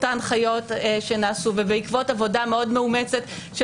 ההנחיות שנעשו ובעקבות עבודה מאוד מאומצת של